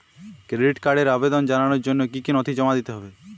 Credit কার্ডের আবেদন জানানোর জন্য কী কী নথি জমা দিতে হবে?